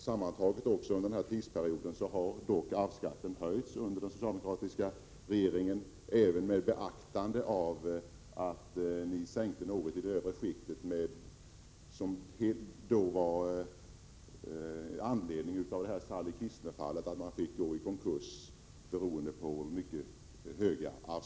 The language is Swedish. Sammantaget har arvsskatten höjts under den tid vi haft den socialdemokratiska regeringen, även om man tar hänsyn till att ni sänkte 45 skatten något i de övre skikten med anledning av fallet Sally Kistner, som drabbades av en konkurs beroende på arvsskatten.